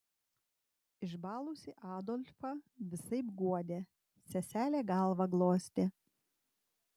išbalusį adolfą visaip guodė seselė galvą glostė